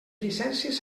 llicències